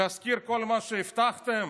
להזכיר כל מה שהבטחתם?